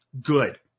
good